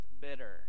bitter